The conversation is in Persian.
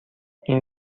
این